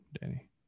Danny